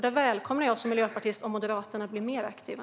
Där välkomnar jag som miljöpartist om Moderaterna blir mer aktiva.